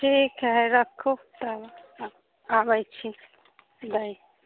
ठीक हइ राखू तऽ आबै छी दै